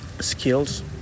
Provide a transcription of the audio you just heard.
skills